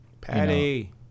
Patty